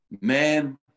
Man